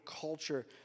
culture